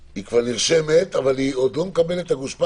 היא כבר נרשמת אבל עוד לא מקבלת את הגושפנקה?